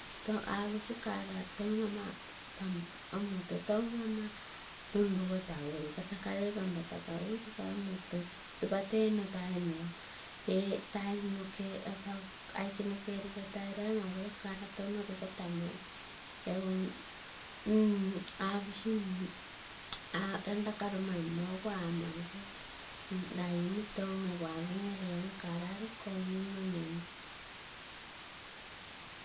Aposi car touno ama runrugotagui. Patakalei panpata kakui ropa omoto ropa tee nno tai noroo rr taim nokee aike noke rugetai lai mau ropa car touno rugotamoi. Egu mm aposi nai laka romammo egu amaguo lai omoto umm egu apogemino lee amo car lale komumo mung.